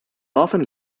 often